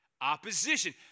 Opposition